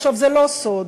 עכשיו, זה לא סוד,